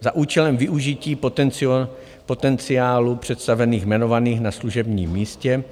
Za účelem využití potenciálu představených jmenovaných na služebním místě